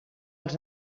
els